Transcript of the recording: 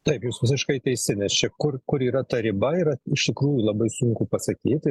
taip jūs visiškai teisi nes čia kur kur yra ta riba yra iš tikrųjų labai sunku pasakyti